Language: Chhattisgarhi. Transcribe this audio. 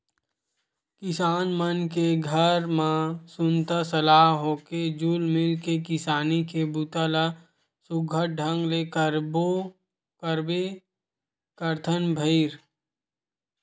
किसान मन के घर म सुनता सलाह होके जुल मिल के किसानी के बूता ल सुग्घर ढंग ले करबे करथन भईर